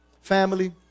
Family